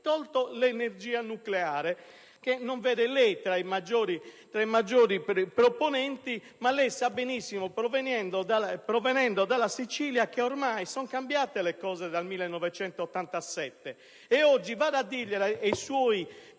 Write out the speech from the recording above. tolta l'energia nucleare, che non vede lei tra i maggiori proponenti; ma sa benissimo, provenendo dalla Sicilia, che ormai sono cambiate le cose dal 1987. Oggi vada a dire ai suoi